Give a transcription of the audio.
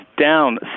down